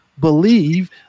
believe